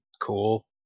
cool